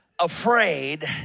afraid